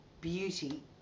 beauty